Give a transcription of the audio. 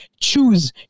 Choose